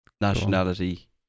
Nationality